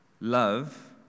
Love